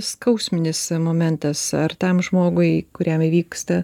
skausminis momentas ar tam žmogui kuriam įvyksta